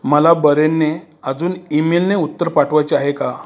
मला बरेंने अजून ईमेलने उत्तर पाठवायचे आहे का